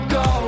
go